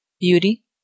beauty